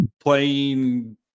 playing